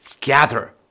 gather